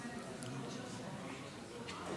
טוב, אז